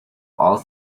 all